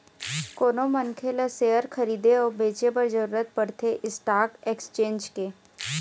कोनो मनखे ल सेयर खरीदे अउ बेंचे बर जरुरत पड़थे स्टाक एक्सचेंज के